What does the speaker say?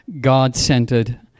God-centered